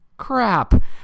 crap